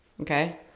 Okay